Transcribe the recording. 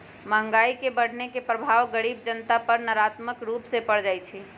महंगाई के बढ़ने के प्रभाव गरीब जनता पर नकारात्मक रूप से पर जाइ छइ